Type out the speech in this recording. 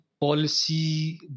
policy